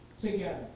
together